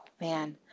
Man